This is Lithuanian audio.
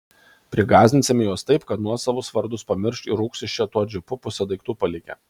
prigąsdinsime juos taip kad nuosavus vardus pamirš ir rūks iš čia tuo džipu pusę daiktų palikę